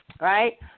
Right